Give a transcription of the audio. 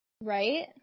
Right